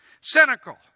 cynical